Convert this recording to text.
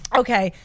okay